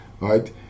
right